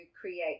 create